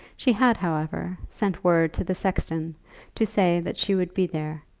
she had, however, sent word to the sexton to say that she would be there,